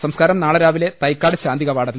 സംസ്കാരം നാളെ രാവിലെ തൈക്കാട് ശാന്തികവാടത്തിൽ